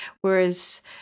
Whereas